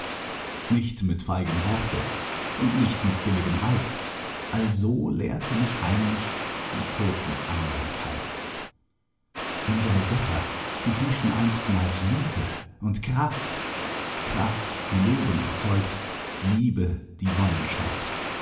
nicht mit feigem worte und nicht mit billigem eid also lehrte mich heimlich die toteneinsamkeit unsere götter die hießen einstmals liebe und kraft kraft die leben erzeugt liebe die wonnen schafft